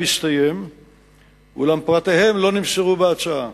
הסתיים אולם פרטיהם לא נמסרו בהצעה.